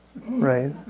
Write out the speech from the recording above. right